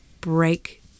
break